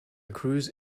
cruise